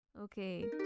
Okay